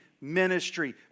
ministry